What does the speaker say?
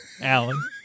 Alan